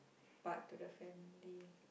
part to the family